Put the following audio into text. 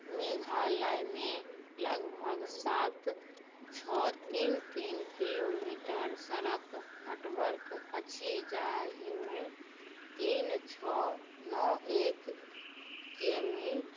मेघालयमे लगभग सात छओ तीन तीन किलोमीटर सड़क नेटवर्क अछि जाहिमे तीन छओ नओ एक किमी